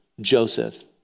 Joseph